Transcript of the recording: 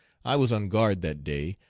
i was on guard that day,